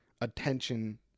attention